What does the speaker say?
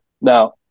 Now